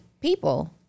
people